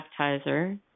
baptizer